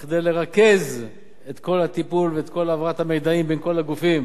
כדי לרכז את כל הטיפול ואת כל העברת המידע בין כל הגופים